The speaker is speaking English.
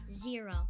zero